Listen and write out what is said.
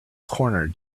corner